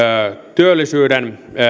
työllisyyden